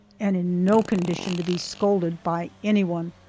and in no condition to be scolded by anyone,